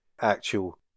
actual